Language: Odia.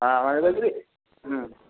ହଁ